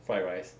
fried rice